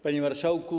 Panie Marszałku!